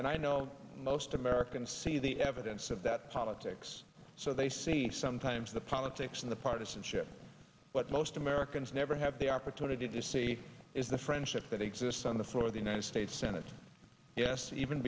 and i know most americans see the evidence of that politics so they see sometimes the politics and the partisanship but most americans never have the opportunity to see is the friendship that exists on the floor of the united states senate yes even